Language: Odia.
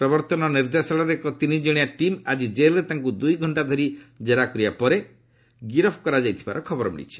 ପ୍ରବର୍ତ୍ତନ ନିର୍ଦ୍ଦେଶାଳୟର ଏକ ତିନିକଣିଆ ଟିମ୍ ଆଜି ଜେଲ୍ରେ ତାଙ୍କୁ ଦୁଇଘଣ୍ଟା ଧରି ଜେରା କରିବା ପରେ ଗିରଫ କରାଯାଇଥିବାର ଖବର ମିଳିଛି